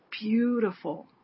beautiful